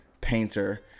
painter